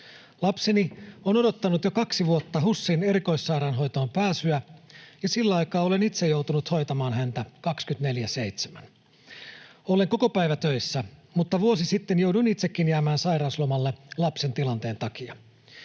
Lapseni on odottanut jo kaksi vuotta HUSin erikoissairaanhoitoon pääsyä, ja sillä aikaa olen itse joutunut hoitamaan häntä 24/7. Olen kokopäivätöissä, mutta vuosi sitten jouduin itsekin jäämään sairauslomalle lapsen tilanteen takia.